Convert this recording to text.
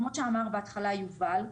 כמו שאמר בהתחלה יובל,